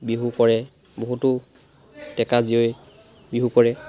বিহু কৰে বহুতো ডেকা জীয়ৰীয়ে বিহু কৰে